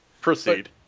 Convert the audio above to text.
Proceed